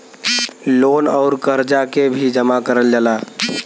loan अउर करजा के भी जमा करल जाला